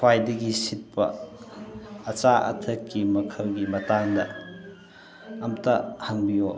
ꯈ꯭ꯋꯥꯏꯗꯒꯤ ꯁꯤꯠꯄ ꯑꯆꯥ ꯑꯊꯛꯀꯤ ꯃꯈꯜꯒꯤ ꯃꯇꯥꯡꯗ ꯑꯝꯇ ꯍꯪꯕꯤꯌꯨ